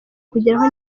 kugeraho